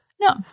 no